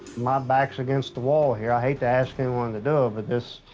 my back's against the wall here. i hate to ask anyone to do it, but this